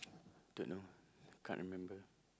don't know can't remember